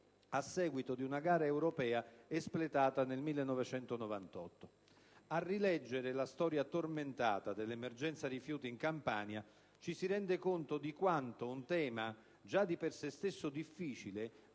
a seguito di una gara europea espletata nel 1998. Nel rileggere la storia tormentata dell'emergenza rifiuti in Campania ci si rende conto di quanto un tema, già di per se stesso difficile,